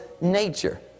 nature